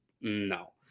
no